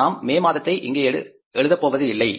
நாம் மே மாதத்தை இங்கே எழுதப் போவது இல்லை